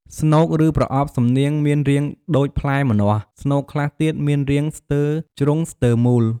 ស្នូក ឬប្រអប់សំនៀងមានរាងដូច ផ្លែម្នាស់ ស្នូកខ្លះទៀតមានរាងស្ទើរជ្រុងស្ទើរមូល ។